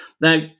Now